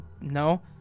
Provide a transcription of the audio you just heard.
No